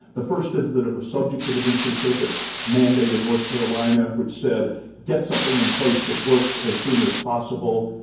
the first is that it was subject to the d c. circuit's mandate in north carolina, which said get something in place that works as soon as possible.